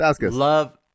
Love